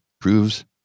proves